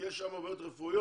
כי יש שם בעיות רפואיות,